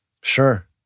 Sure